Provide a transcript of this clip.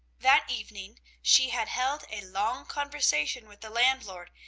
that evening she had held a long conversation with the landlord,